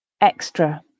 extra